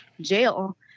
jail